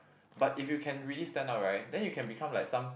but if you can really stand out right then you can become like some